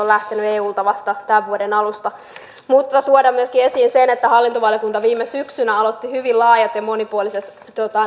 lähteneet eulta vasta tämän vuoden alusta mutta tuon myöskin esiin sen että hallintovaliokunta viime syksynä aloitti hyvin laajat ja monipuoliset